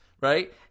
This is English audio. right